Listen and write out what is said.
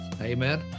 Amen